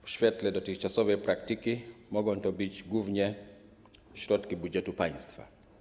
W świetle dotychczasowej praktyki mogą to być głównie środki budżetu państwa.